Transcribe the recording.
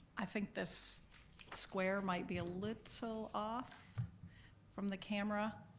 i think this square might be a little off from the camera.